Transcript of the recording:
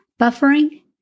Buffering